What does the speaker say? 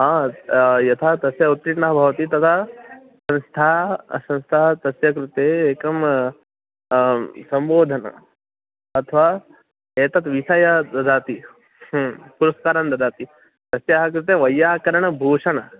हा यथा तस्याम् उत्तीर्णः भवति तदा संस्था संस्था तस्य कृते एकं सम्बोधनम् अथवा एतद् विषयः ददाति पुरस्कारं ददाति तस्य कृते वैयाकरणभूषणः